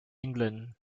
england